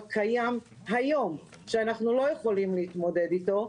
אני ממונה איכות אוויר ושינוי אקלים.